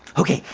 ok,